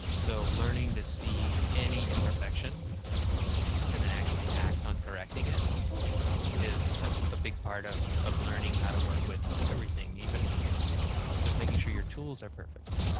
so learning to see any imperfection and then actually act on correcting it is a ah big part of of learning how to work with everything, even just making sure your tools are perfect.